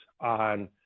on